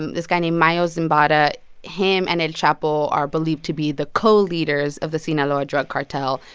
this guy named mayo zambada him and el chapo are believed to be the co-leaders of the sinaloa drug cartel.